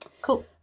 Cool